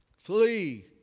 Flee